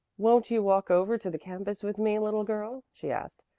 won't you walk over to the campus with me, little girl? she asked.